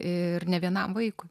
ir ne vienam vaikui